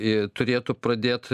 ji turėtų pradėt